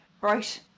right